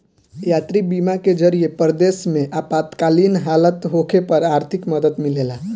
यात्री बीमा के जरिए परदेश में आपातकालीन हालत होखे पर आर्थिक मदद मिलेला